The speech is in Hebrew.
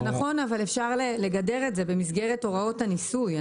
נכון, אבל אפשר לגדר את זה במסגרת הוראות הניסוי.